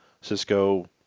Cisco